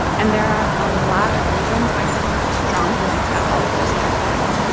and there are a lot of reasons why people have strong feelings about all of those categories.